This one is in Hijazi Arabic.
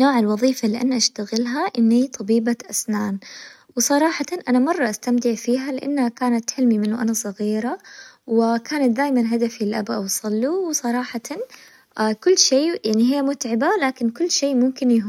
اللي أحب أسويه في وقت فراغي كذا حاجة صراحةً أحب أتفرج بس كذا مقاطع مثلاً على يوتيوب أو انستجرام، أتصفح كدا مواقع التواصل الاجتماعي كمان أحب أوقات أنزل النادي الرياظي لأنه مرة يغيرلي نفسيتي، كمان كل فترة لازم أكلم صحباتي أتواصل معاهم،